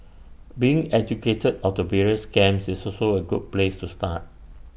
being educated of the various scams is also A good place to start